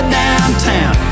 downtown